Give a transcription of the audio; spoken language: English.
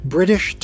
British